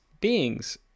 beings